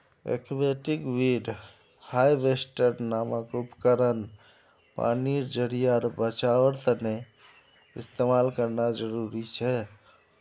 aquatic weed harvester नामक उपकरण पानीर ज़रियार बचाओर तने इस्तेमाल करना ज़रूरी छे